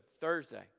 Thursday